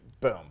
Boom